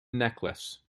necklace